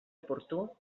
oportú